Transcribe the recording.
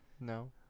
No